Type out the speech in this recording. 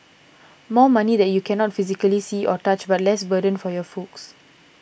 more money that you cannot physically see or touch but less burden for your folks